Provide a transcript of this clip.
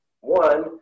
One